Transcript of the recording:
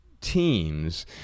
teams